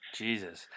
jesus